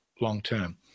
long-term